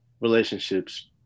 relationships